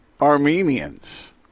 Armenians